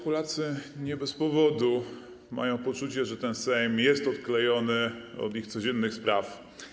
Polacy nie bez powodu mają poczucie, że ten Sejm jest odklejony od ich codziennych spraw.